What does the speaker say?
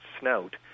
snout